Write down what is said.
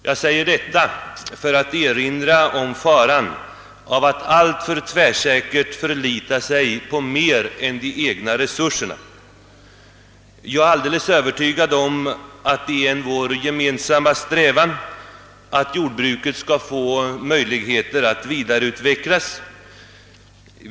Jag säger detta för att erinra om faran av att alltför tvärsäkert förlita sig på mer än de egna resurserna. Jag är övertygad om att det är en gemensam strävan att jordbruket skall få möjligheter att vidareutvecklas.